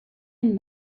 and